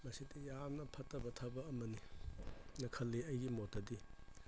ꯃꯁꯤꯗꯤ ꯌꯥꯝꯅ ꯐꯠꯇꯕ ꯊꯕꯛ ꯑꯃꯅꯤꯅ ꯈꯜꯂꯤ ꯑꯩꯒꯤ ꯃꯣꯠꯇꯗꯤ